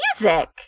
music